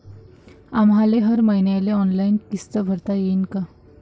आम्हाले हर मईन्याले ऑनलाईन किस्त भरता येईन का?